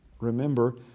Remember